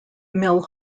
mill